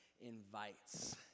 Invites